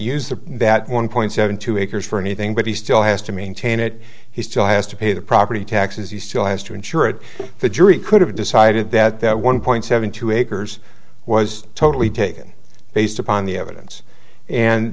the that one point seven two acres for anything but he still has to maintain it he still has to pay the property taxes he still has to ensure that the jury could have decided that that one point seven two acres was totally taken based upon the evidence and